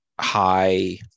high